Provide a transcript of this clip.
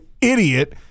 idiot